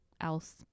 else